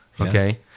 okay